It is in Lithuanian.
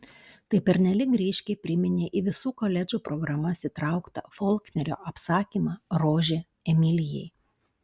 tai pernelyg ryškiai priminė į visų koledžų programas įtrauktą folknerio apsakymą rožė emilijai